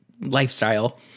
Lifestyle